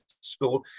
school